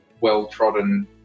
well-trodden